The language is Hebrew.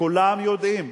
כולם יודעים,